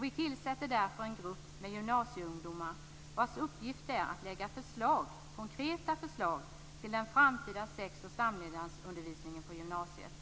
Vi tillsätter därför en grupp med gymnasieungdomar vars uppgift det är att lägga fram konkreta förslag till den framtida sex och samlevnadsundervisningen på gymnasiet.